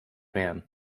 man